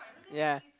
ya